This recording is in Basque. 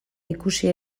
ikusi